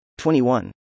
21